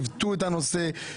עיוותו את הנושא.